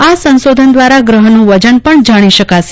આ સંશોધન દ્વારા ગ્રહનું વજન પણ જાણી શકાશે